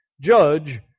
judge